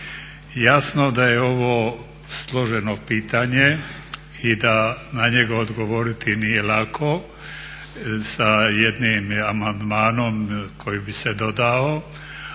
Jasno da je ovo složeno pitanje i da na njega odgovoriti nije lako sa jednim amandmanom koji bi se dodao,